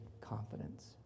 confidence